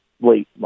late